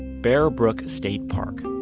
bear brook state park.